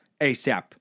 ASAP